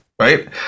Right